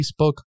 Facebook